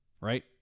right